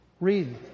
Read